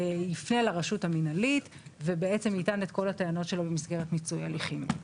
יפנה לרשות המנהלית ובעצם יטען את כל הטענות שלו במסגרת מיצוי הליכים.